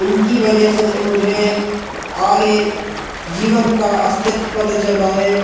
इनकी वजह से मुझे आगे जीवन का अस्तित्व पता चला है